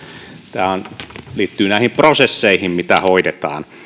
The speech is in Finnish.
tämä liittyy näihin prosesseihin mitä hoidetaan